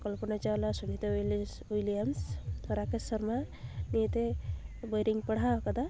ᱠᱚᱞᱯᱚᱱᱟ ᱪᱟᱣᱞᱟ ᱥᱩᱱᱤᱛᱟ ᱩᱭᱞᱤᱱ ᱩᱭᱞᱤᱭᱟᱢᱥ ᱨᱟᱠᱮᱥ ᱥᱚᱨᱢᱟ ᱱᱤᱭᱮᱛᱮ ᱵᱳᱭᱨᱤᱧ ᱯᱟᱲᱦᱟᱣ ᱠᱟᱫᱟ